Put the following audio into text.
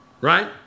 right